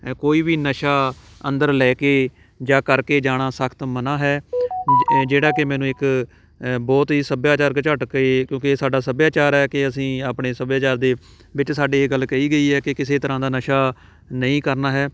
ਅ ਕੋਈ ਵੀ ਨਸ਼ਾ ਅੰਦਰ ਲੈ ਕੇ ਜਾ ਕਰਕੇ ਜਾਣਾ ਸਖ਼ਤ ਮਨ੍ਹਾ ਹੈ ਜਿਹੜਾ ਕਿ ਮੈਨੂੰ ਇੱਕ ਅ ਬਹੁਤ ਹੀ ਸੱਭਿਆਚਾਰਕ ਝਟਕੇ ਕਿਉਂਕਿ ਇਹ ਸਾਡਾ ਸੱਭਿਆਚਾਰ ਹੈ ਕਿ ਅਸੀਂ ਆਪਣੇ ਸੱਭਿਆਚਾਰ ਦੇ ਵਿੱਚ ਸਾਡੇ ਇਹ ਗੱਲ ਕਹੀ ਗਈ ਹੈ ਕਿ ਕਿਸੇ ਤਰ੍ਹਾਂ ਦਾ ਨਸ਼ਾ ਨਹੀਂ ਕਰਨਾ ਹੈ